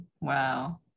wow